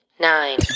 Nine